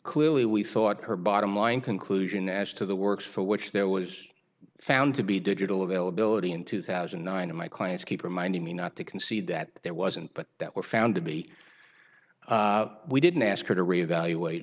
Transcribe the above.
clearly we thought her bottom line conclusion as to the work for which there was found to be digital availability in two thousand and nine and my clients keep reminding me not to concede that there wasn't but that were found to be we didn't ask you to re evaluate